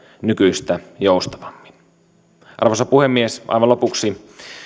nykyistä joustavammin arvoisa puhemies aivan lopuksi